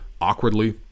awkwardly